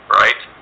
right